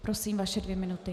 Prosím, vaše dvě minuty.